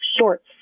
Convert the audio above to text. shorts